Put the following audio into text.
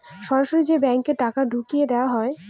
সরাসরি যে ব্যাঙ্কে টাকা ঢুকিয়ে দেওয়া হয়